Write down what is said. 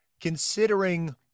considering